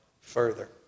further